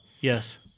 Yes